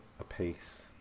apace